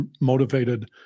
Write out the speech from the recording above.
motivated